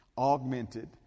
augmented